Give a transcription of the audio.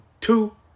two